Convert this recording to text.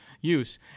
use